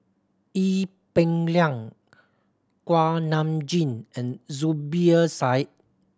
Ee Peng Liang Kuak Nam Jin and Zubir Said